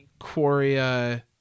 Quaria